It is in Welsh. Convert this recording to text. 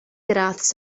gradd